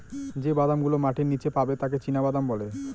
যে বাদাম গুলো মাটির নীচে পাবে তাকে চীনাবাদাম বলে